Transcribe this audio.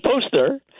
poster